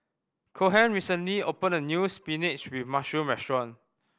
Cohen recently opened a new spinach with mushroom restaurant